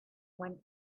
went